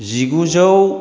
जिगुजौ